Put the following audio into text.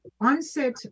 onset